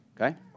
okay